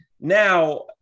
Now